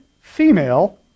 female